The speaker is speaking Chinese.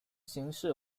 型式